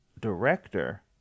director